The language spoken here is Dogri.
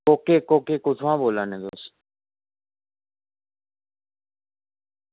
कोह्के कोह्के कुत्थुआं बोला ने तुस